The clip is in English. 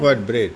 what bread